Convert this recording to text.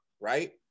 right